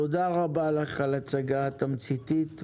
תודה רבה לך על ההצגה התמציתית.